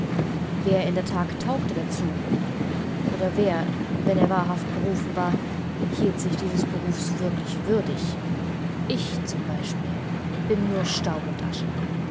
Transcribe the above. wer in der that taugte dazu oder wer wenn er wahrhaft berufen war hielt sich dieses berufs wirklich würdig ich zum beispiel bin nur staub und asche